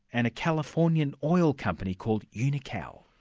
and a californian oil company called unical.